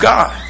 God